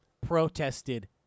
protested